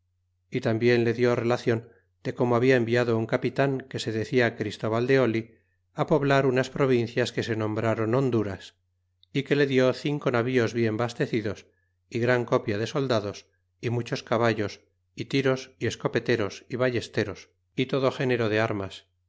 y tambien le dió relacion de como habla enviado un capitan que se decia christóval de oli poblar unas provincias que se nombrron honduras y que le dió cinco navíos bien bastecidos é gran copia de soldados y muchos caballos y tiros y escopeteros y vallesteros y todo género de armas